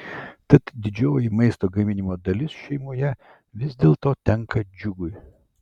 tad didžioji maisto gaminimo dalis šeimoje vis dėlto tenka džiugui